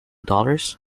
dollars